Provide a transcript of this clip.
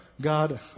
God